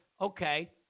okay